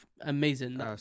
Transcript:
amazing